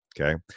Okay